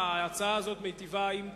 ההצעה הזאת מיטיבה עם כולם,